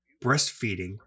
breastfeeding